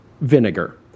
vinegar